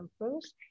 improves